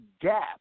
gap